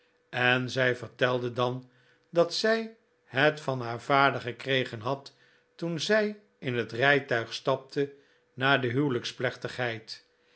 en zij vertelde dan dat zij het van haar vader gekregen had toen zij in het rijtuig stapte na de